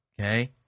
Okay